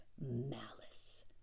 malice